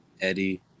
Eddie